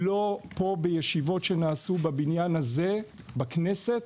לא פה בישיבות שנעשו בבניין הזה, בכנסת,